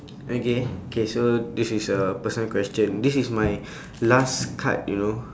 okay K so this is a personal question this is my last card you know